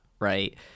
right